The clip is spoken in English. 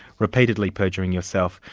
repeatedly perjuring yourself,